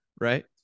Right